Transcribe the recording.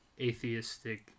atheistic